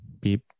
Beep